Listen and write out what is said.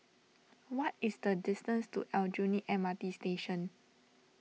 what is the distance to Aljunied M R T Station